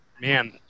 man